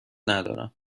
ندارم